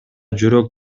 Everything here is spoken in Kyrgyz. жүрөк